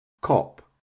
Cop